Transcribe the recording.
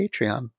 Patreon